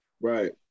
Right